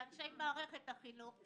לאנשי מערכת החינוך,